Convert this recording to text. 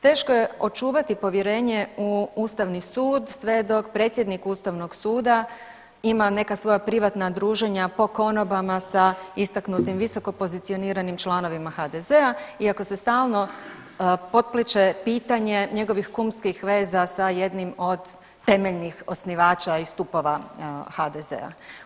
Teško je očuvati povjerenje u ustavni sud sve dok predsjednik ustavnog suda ima neka svoja privatna druženja po konobama sa istaknutim visokopozicioniranim članovima HDZ-a i ako se stalno potpliće pitanje njegovih kumskih veza sa jednim od temeljnih osnivača i stupova HDZ-a.